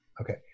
Okay